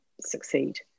succeed